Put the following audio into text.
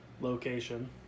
location